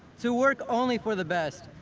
to work only for the best,